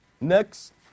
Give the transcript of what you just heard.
Next